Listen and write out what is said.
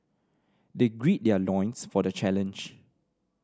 they gird their loins for the challenge